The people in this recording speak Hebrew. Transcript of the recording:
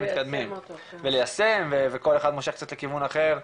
מתקדמים וליישם וכל אחד מושך קצת לכיוון אחר,